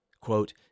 quote